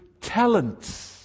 talents